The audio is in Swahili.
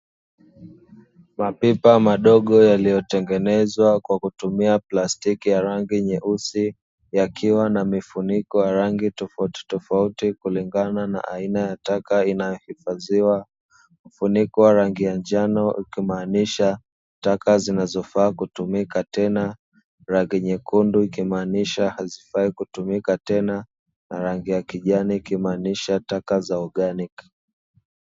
Mapipa madogo yaliyotengenezwa kwa kutumia plastiki ya rangi nyeusi yakiwa na mifuniko ya rangi tofauti tofauti kulingana na aina ya taka inayohifadhiwa. Mfuniko wa rangi ya njano ukimaanisha taka zinazofaa kutumika tena, rangi nyekundu ikimaanisha hazifai kutumika tena na rangi ya kijani ikimaanisha taka za oganiki